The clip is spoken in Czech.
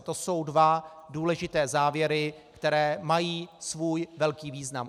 To jsou dva důležité závěry, které mají svůj velký význam.